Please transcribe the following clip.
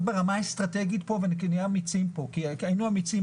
ברמה האסטרטגית כאן ונהיה אמיצים - עד עכשיו היינו אמיצים